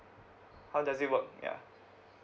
how does it work yeah